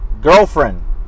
Girlfriend